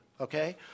okay